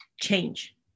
change